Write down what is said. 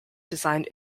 designed